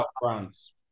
France